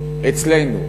אצלנו.